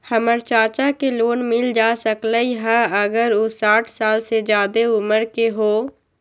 हमर चाचा के लोन मिल जा सकलई ह अगर उ साठ साल से जादे उमर के हों?